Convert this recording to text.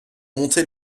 monter